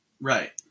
Right